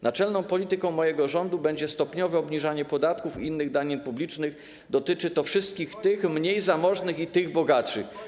Naczelną polityką mojego rządu będzie stopniowe obniżanie podatków i innych danin publicznych, dotyczy to wszystkich, tych mniej zamożnych i tych bogaczy.